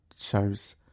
shows